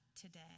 today